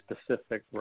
specific